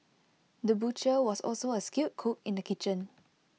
the butcher was also A skilled cook in the kitchen